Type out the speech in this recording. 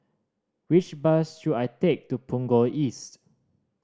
which bus should I take to Punggol East